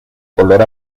color